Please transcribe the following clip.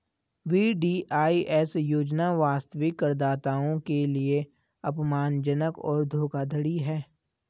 VDIS योजना वास्तविक करदाताओं के लिए अपमानजनक और धोखाधड़ी है